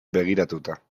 begiratuta